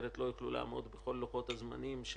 אחרת לא יוכלו לעמוד בכל לוחות-הזמנים של